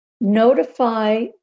notify